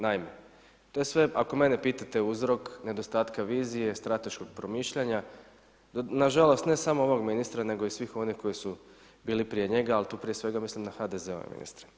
Naime, to je sve, ako mene pitate, uzrok nedostatka vizije, strateškog promišljanja, nažalost, ne samo ovog ministra, nego svih onih koji su bili prije njega, ali tu prije svega mislim na HDZ-ove ministre.